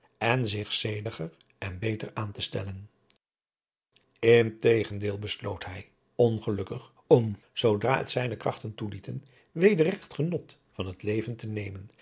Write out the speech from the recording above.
en zich zediger en beter aantestellen integendeel besloot hij ongelukkig om zoodra het zijne krachten toelieten weder regt genot van het leven te nemen